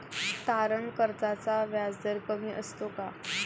तारण कर्जाचा व्याजदर कमी असतो का?